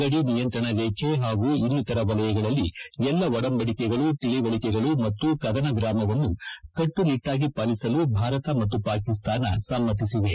ಗಡಿ ನಿಯಂತ್ರಣ ರೇಖೆ ಹಾಗೂ ಇನ್ನಿತರ ವಲಯಗಳಲ್ಲಿ ಎಲ್ಲ ಒಡಂಬಡಿಕೆಗಳು ತೀವಳಿಕೆಗಳು ಮತ್ತು ಕದನವಿರಾಮವನ್ನು ಕಟ್ಟು ನಿಟಾಗಿ ಪಾಲಿಸಲು ಭಾರತ ಮತ್ತು ಪಾಕಿಸ್ತಾನ ಸಮೃತಿಸಿವೆ